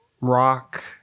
rock